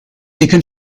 dicken